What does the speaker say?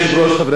חברי הכנסת,